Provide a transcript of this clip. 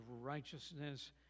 righteousness